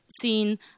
seen